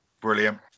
Brilliant